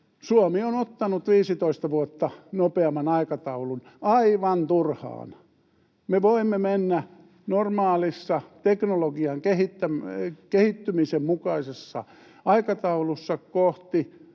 Suomi on ottanut 15 vuotta nopeamman aikataulun aivan turhaan. Me voimme mennä normaalissa teknologian kehittymisen mukaisessa aikataulussa kohti